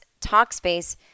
Talkspace